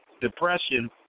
depression